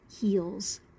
heals